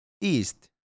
East